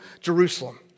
Jerusalem